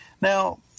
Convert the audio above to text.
Now